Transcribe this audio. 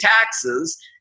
taxes